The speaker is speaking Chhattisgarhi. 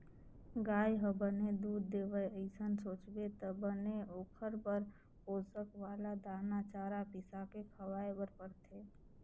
गाय ह बने दूद देवय अइसन सोचबे त बने ओखर बर पोसक वाला दाना, चारा बिसाके खवाए बर परथे